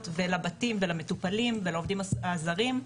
ולבתים ולמטופלים ולעובדים הזרים,